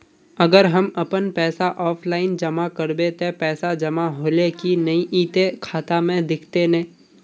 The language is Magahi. अगर हम अपन पैसा ऑफलाइन जमा करबे ते पैसा जमा होले की नय इ ते खाता में दिखते ने?